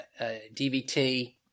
DVT